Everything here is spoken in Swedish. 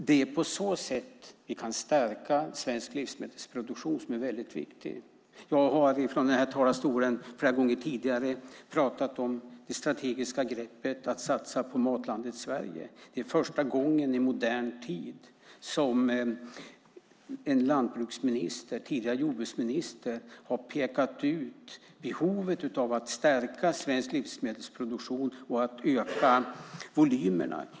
Det är på så sätt vi kan stärka svensk livsmedelsproduktion, som är väldigt viktig. Jag har i denna talarstol flera gånger tidigare pratat om det strategiska greppet att satsa på Matlandet Sverige. Det är första gången i modern tid som en lantbruksminister, tidigare jordbruksminister, har pekat ut behovet av att stärka svensk livsmedelsproduktion och att öka volymerna.